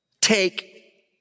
take